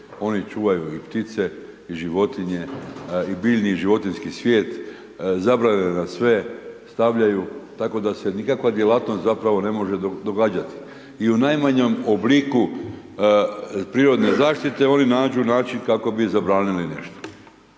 Oni čuvaju i ptice i životinje i biljni i životinjski svijet, zabrane na sve stavljaju tako da se nikakva djelatnost zapravo ne može događati. I u najmanjem obliku prirodne zaštite oni nađu način kako bi zabranili nešto.